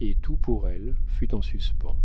et tout pour elle fut en suspens